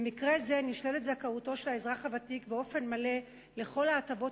במקרה זה נשללת זכאותו של האזרח הוותיק באופן מלא לכל ההטבות